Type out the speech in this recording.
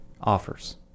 offers